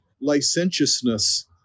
licentiousness